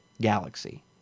Galaxy